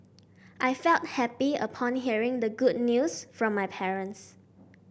I felt happy upon hearing the good news from my parents